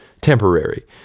temporary